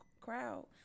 crowd